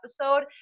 episode